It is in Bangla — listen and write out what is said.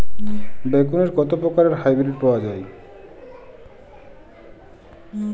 বেগুনের কত প্রকারের হাইব্রীড পাওয়া যায়?